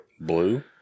Blue